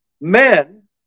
Men